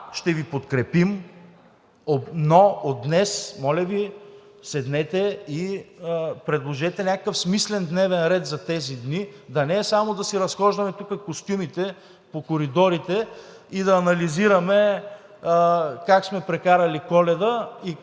ще Ви подкрепим, но от днес, моля Ви, седнете и предложете някакъв смислен дневен ред за тези дни, да не е само да си разхождаме тук костюмите по коридорите и да анализираме как сме прекарали Коледа, след